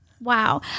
Wow